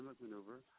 maneuver